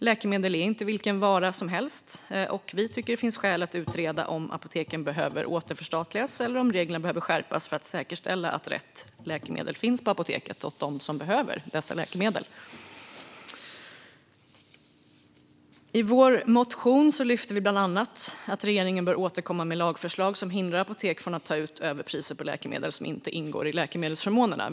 Läkemedel är inte vilken vara som helst, och vi tycker att det finns skäl att utreda om apoteken behöver återförstatligas eller om reglerna behöver skärpas för att säkerställa att rätt läkemedel finns på apoteket åt dem som behöver dessa läkemedel. I vår motion lyfte vi bland annat att regeringen bör återkomma med lagförslag som hindrar apotek från att ta ut överpriser på läkemedel som inte ingår i läkemedelsförmånerna.